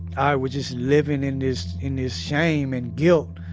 i was just living in this in this shame and guilt.